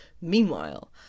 Meanwhile